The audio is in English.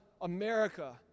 America